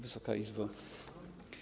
Wysoka Izbo!